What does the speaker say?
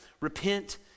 Repent